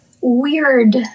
weird